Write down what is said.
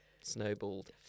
snowballed